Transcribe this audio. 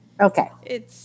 Okay